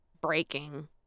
breaking